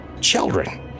Children